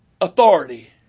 authority